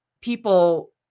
people